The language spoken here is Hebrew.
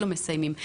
לא מסיימים.